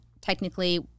technically